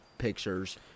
pictures